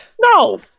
No